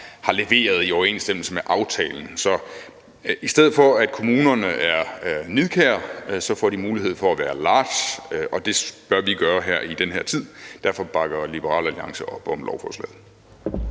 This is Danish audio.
har leveret i overensstemmelse med aftalen. Så i stedet for at kommunerne er nidkære, får de mulighed for at være large, og det bør vi være her i den her tid. Derfor bakker Liberal Alliance op om lovforslaget.